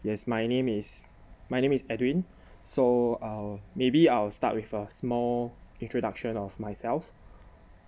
yes my name is my name is edwin so uh I'll maybe I'll start with a small introduction of myself